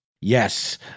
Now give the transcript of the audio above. Yes